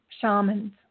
shamans